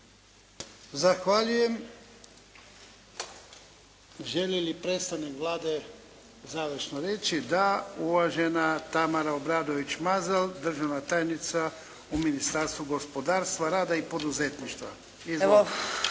Zahvaljujem. Želi li predstavnik Vlade završno reći? Da. Uvažena Tamara Obradović-Mazal, državna tajnica u Ministarstvu gospodarstva, rada i poduzetništva.